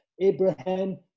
Abraham